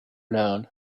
known